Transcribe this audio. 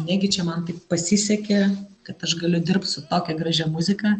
negi čia man taip pasisekė kad aš galiu dirbt su tokia gražia muzika